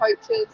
coaches